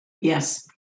Yes